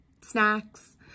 snacks